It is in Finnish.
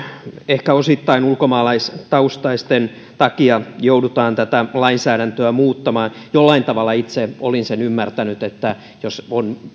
ehkä osittain ulkomaalaistaustaisten takia joudutaan tätä lainsäädäntöä muuttamaan jollain tavalla itse olin sen ymmärtänyt että jos on